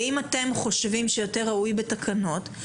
ואם אתם חושבים שיותר ראוי בתקנות,